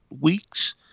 weeks